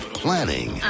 planning